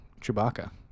Chewbacca